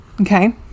okay